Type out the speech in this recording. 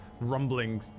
rumbling